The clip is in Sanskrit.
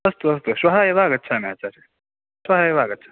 अस्तु अस्तु श्वः एव आगच्छामि आचार्य श्वः एव आगच्छामि